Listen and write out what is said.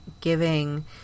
giving